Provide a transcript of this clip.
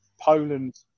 Poland